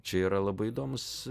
čia yra labai įdomus